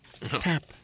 Tap